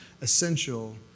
essential